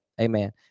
Amen